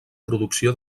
producció